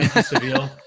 Seville